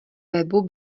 webu